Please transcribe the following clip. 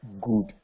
good